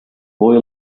boy